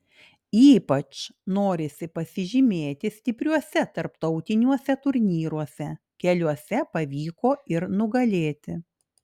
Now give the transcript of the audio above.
ypač norisi pasižymėti stipriuose tarptautiniuose turnyruose keliuose pavyko ir nugalėti